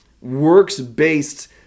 works-based